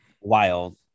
Wild